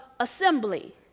assembly